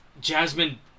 Jasmine